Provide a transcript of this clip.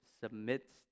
submits